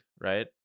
right